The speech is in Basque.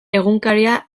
egunkaria